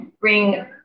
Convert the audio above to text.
bring